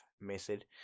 method